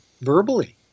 verbally